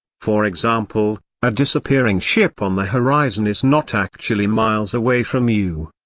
for example, a disappearing ship on the horizon is not actually miles away from you.